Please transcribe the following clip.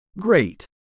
Great